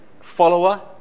follower